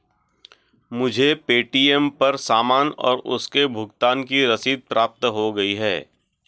मुझे पे.टी.एम पर सामान और उसके भुगतान की रसीद प्राप्त हो गई है